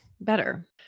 better